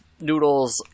noodles